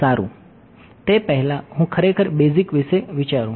સારું તે પહેલાં હું ખરેખર બેઝિક વિશે વિચારું